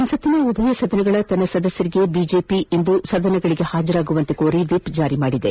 ಸಂಸತ್ತಿನ ಉಭಯ ಸದನಗಳ ತನ್ನ ಸದಸ್ನರಿಗೆ ಬಿಜೆಪಿ ಇಂದು ಸದನಗಳಿಗೆ ಹಾಜರಾಗುವಂತೆ ಕೋರಿ ವಿಪ್ ಜಾರಿ ಮಾಡಿದೆ